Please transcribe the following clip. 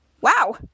Wow